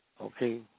Okay